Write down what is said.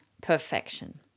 perfection